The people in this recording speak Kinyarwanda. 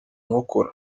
nkokora